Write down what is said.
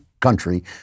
country